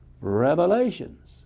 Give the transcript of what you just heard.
revelations